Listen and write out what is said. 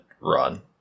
run